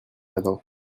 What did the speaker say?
matins